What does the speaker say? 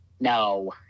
No